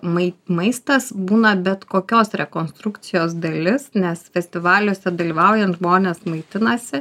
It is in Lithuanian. mai maistas būna bet kokios rekonstrukcijos dalis nes festivaliuose dalyvaujant žmonės maitinasi